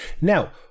Now